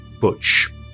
butch